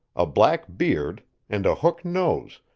a black beard and a hook-nose,